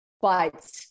but-